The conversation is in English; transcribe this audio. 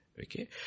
Okay